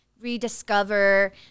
rediscover